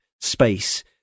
space